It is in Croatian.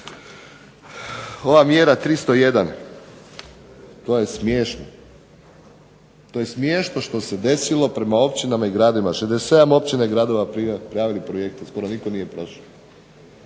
Ova mjera 301 to je smiješno, to je smiješno što se desilo prema općinama i gradovima, 67 općina i gradova prijavili projekte, skoro nitko nije prošao.